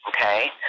Okay